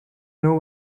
know